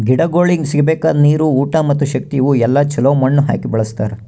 ಗಿಡಗೊಳಿಗ್ ಸಿಗಬೇಕಾದ ನೀರು, ಊಟ ಮತ್ತ ಶಕ್ತಿ ಇವು ಎಲ್ಲಾ ಛಲೋ ಮಣ್ಣು ಹಾಕಿ ಬೆಳಸ್ತಾರ್